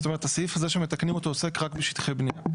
זאת אומרת הסעיף הזה שמתקנים אותו עוסק רק בשטחי בניה.